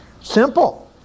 Simple